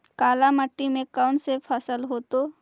काला मिट्टी में कौन से फसल होतै?